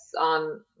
on